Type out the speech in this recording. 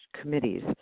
committees